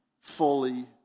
fully